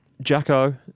Jacko